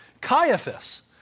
Caiaphas